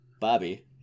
Bobby